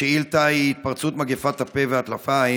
השאילתה היא על התפרצות מגפת הפה והטלפיים.